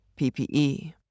PPE